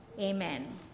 Amen